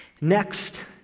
Next